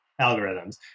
algorithms